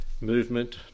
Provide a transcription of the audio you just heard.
movement